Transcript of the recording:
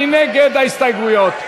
מי נגד ההסתייגויות?